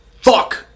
fuck